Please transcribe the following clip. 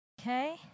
Okay